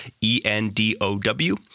e-n-d-o-w